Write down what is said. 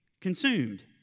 consumed